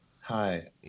hi